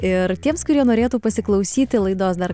ir tiems kurie norėtų pasiklausyti laidos dar